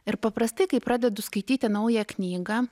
ir paprastai kai pradedu skaityti naują knygą